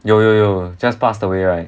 有有有 just passed away right